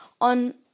on